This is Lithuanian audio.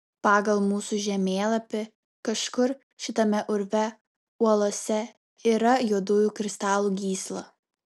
pagal mūsų žemėlapį kažkur šitame urve uolose yra juodųjų kristalų gysla